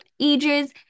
ages